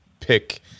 pick